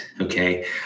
okay